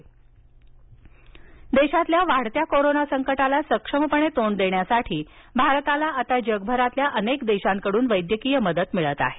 वैद्यकीय उपकरणे देशातल्या वाढत्या कोरोना संकटाला सक्षमपणे तोंड देण्यासाठी भारताला आता जगभरातील अनेक देशांकडून वैद्यकीय मदत मिळत आहे